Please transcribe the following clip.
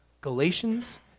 Galatians